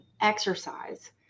exercise